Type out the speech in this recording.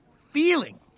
feeling